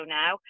now